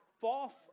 false